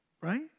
right